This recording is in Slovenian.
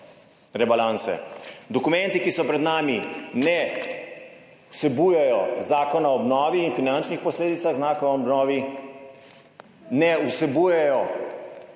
rebalanse. Dokumenti, ki so pred nami, ne vsebujejo Zakona o obnovi in finančnih posledicah Zakona o obnovi, ne vsebujejo